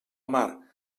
mar